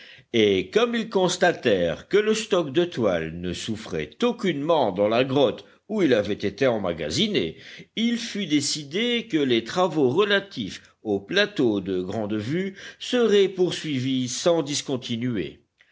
et comme ils constatèrent que le stock de toile ne souffrait aucunement dans la grotte où il avait été emmagasiné il fut décidé que les travaux relatifs au plateau de grande vue seraient poursuivis sans discontinuer